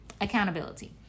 Accountability